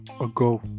ago